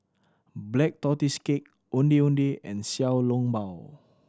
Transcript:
Black Tortoise Cake Ondeh Ondeh and Xiao Long Bao